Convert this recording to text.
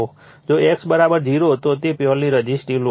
જો X 0 તો તે પ્યોર્લી રઝિસ્ટીવ લોડ છે